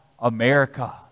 America